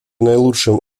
наилучшим